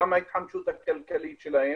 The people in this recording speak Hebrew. גם ההתחמשות הכלכלית שלהם,